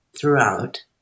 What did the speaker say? throughout